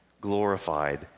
glorified